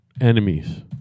enemies